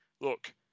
look